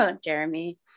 Jeremy